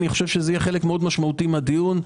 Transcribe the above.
זה יהיה חלק משמעותי מאוד מהדיון.